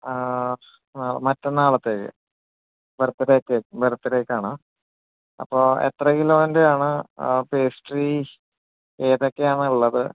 ആ അ മാറ്റന്നാളത്തേക്ക് ബർത്ഡേ കേക്ക് ബർത്തഡേയ്ക്കാണ് അപ്പം എത്ര കിലോൻ്റെ ആണ് പേസ്റ്ററി ഏതൊക്കെ ആണ് ഉള്ളത്